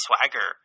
Swagger